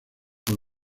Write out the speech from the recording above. con